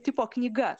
tipo knyga